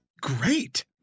great